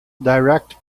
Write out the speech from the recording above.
direct